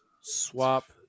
swap